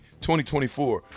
2024